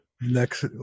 next